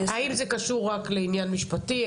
האם זה קשור רק לעניין משפטי?